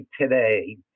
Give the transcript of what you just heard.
Today